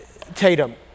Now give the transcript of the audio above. Tatum